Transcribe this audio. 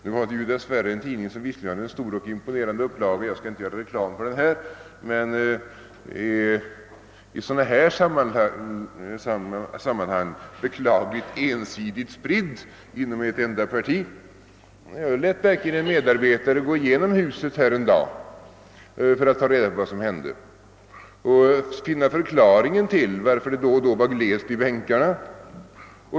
Nu var det dessvärre en tidning som visserligen har en stor och imponerande upplaga men — jag skall inte göra reklam för den här — den var i sådana här sammanhang beklagligt ensidigt spridd inom ett enda parti. Jag lät en dag en medarbetare gå igenom detta hus för att ta reda på vad som där hände och för att finna förklaringen till varför det då och då var glest i bänkarna.